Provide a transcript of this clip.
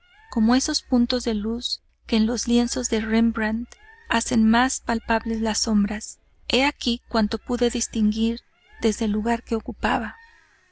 como esos puntos de luz que en los lienzos de rembrandt hacen más palpables las sombras he aquí cuanto pude distinguir desde el lugar que ocupaba